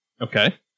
Okay